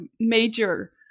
major